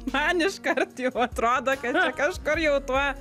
man iškart jau atrodo kad čia kažkur jau tuo